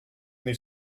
nei